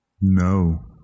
No